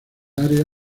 área